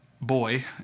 boy